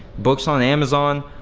books on amazon,